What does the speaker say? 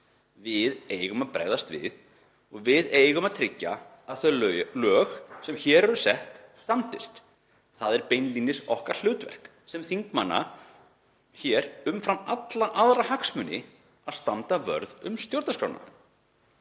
Við eigum að bregðast við og við eigum að tryggja að þau lög sem hér eru sett standist. Það er beinlínis okkar hlutverk sem þingmanna, umfram alla aðra hagsmuni, að standa vörð um stjórnarskrána.